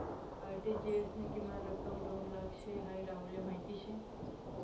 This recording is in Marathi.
आर.टी.जी.एस नी किमान रक्कम दोन लाख शे हाई राहुलले माहीत शे